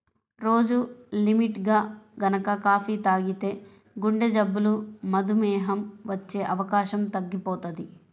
రోజూ లిమిట్గా గనక కాపీ తాగితే గుండెజబ్బులు, మధుమేహం వచ్చే అవకాశం తగ్గిపోతది